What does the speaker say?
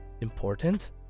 important